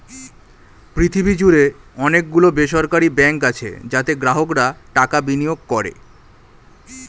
পৃথিবী জুড়ে অনেক গুলো বেসরকারি ব্যাঙ্ক আছে যাতে গ্রাহকরা টাকা বিনিয়োগ করে